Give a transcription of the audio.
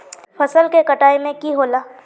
फसल के कटाई में की होला?